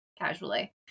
casually